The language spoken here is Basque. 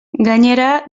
gainera